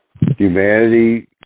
humanity